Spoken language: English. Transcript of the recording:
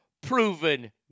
proven